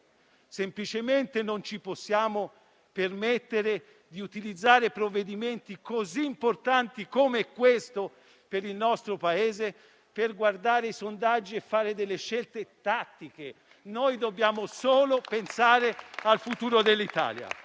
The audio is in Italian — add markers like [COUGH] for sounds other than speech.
semplicemente non ci possiamo permettere di utilizzare provvedimenti così importanti come questo per il nostro Paese per guardare ai sondaggi e fare scelte tattiche. [APPLAUSE] Dobbiamo pensare solo al futuro dell'Italia.